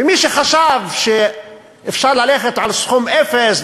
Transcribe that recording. ומי שחשב שאפשר ללכת על סכום אפס,